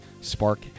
spark